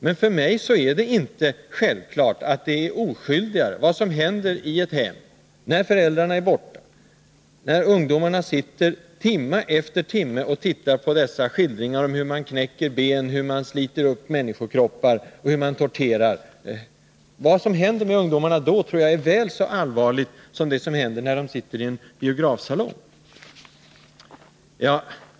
Men för mig är det inte självklart att det är oskyldigare som händer i ett hem när föräldrarna är borta och ungdomarna sitter timme efter timme och tittar på dessa skildringar av hur man knäcker ben, sliter upp människokroppar och torterar. Vad som då händer med ungdomarna tror jag är väl så allvarligt som det som händer när de sitter i en biografsalong.